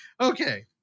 Okay